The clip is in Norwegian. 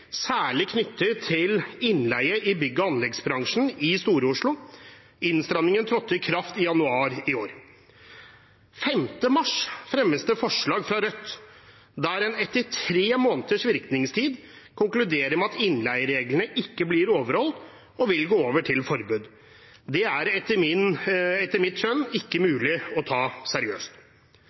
særlig knyttet til innleie i bygg- og anleggsbransjen i Stor-Oslo. Innstrammingen trådte i kraft i januar i år. Den 5. mars ble det fremmet forslag fra Rødt der en etter tre måneders virkningstid konkluderer med at innleiereglene ikke blir overholdt, og vil gå over til forbud. Det er, etter mitt skjønn, ikke mulig å ta seriøst.